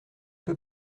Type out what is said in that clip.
peu